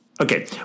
Okay